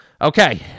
Okay